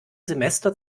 semester